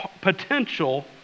potential